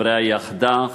חברי היחדה,